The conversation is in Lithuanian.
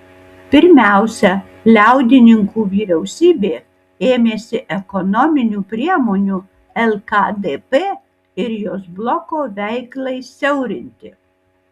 pirmiausia liaudininkų vyriausybė ėmėsi ekonominių priemonių lkdp ir jos bloko veiklai siaurinti